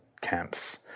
camps